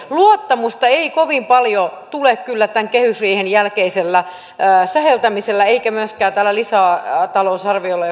luottamusta ei kovin paljon tule kyllä tämän kehysriihen jälkeisellä säheltämisellä eikä myöskään tällä lisätalousarviolla joka on pöydällä